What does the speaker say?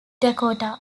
dakota